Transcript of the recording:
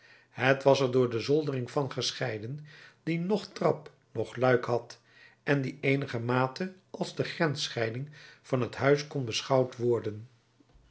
het was er door de zoldering van gescheiden die noch trap noch luik had en die eenigermate als de grensscheiding van t huis kon beschouwd worden